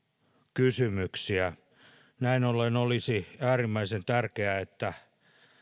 kysymyksiä näin ollen olisi äärimmäisen tärkeää että